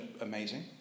amazing